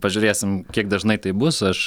pažiūrėsim kiek dažnai tai bus aš